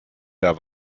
der